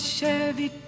Chevy